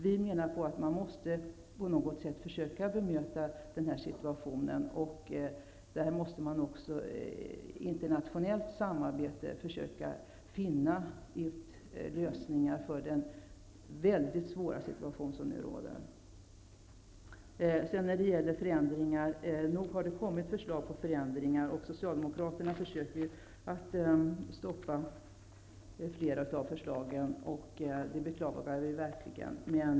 Vi menar att man på något sätt måste försöka bemöta situationen. Också genom ett internationellt samarbete måste man försöka finna lösningar på den väldigt svåra situation som nu råder. När det gäller förändringar vill jag säga att nog har det kommit förslag till sådana. Socialdemokraterna försöker stoppa flera av förslagen, och det beklagar vi verkligen.